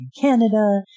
Canada